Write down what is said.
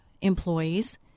employees